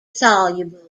soluble